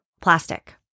plastic